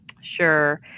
Sure